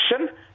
action